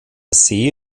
see